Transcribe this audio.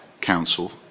council